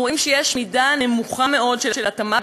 אנחנו רואים שיש מידה נמוכה מאוד של התאמה